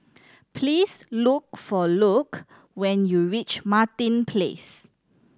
please look for Luc when you reach Martin Place